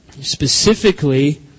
specifically